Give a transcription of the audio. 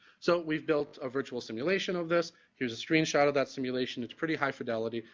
so we've built a virtual simulation of this. here's a screenshot of that simulation. it's pretty high fidelity.